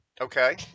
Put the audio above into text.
Okay